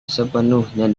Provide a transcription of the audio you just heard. sepenuhnya